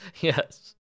Yes